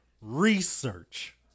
research